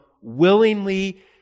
willingly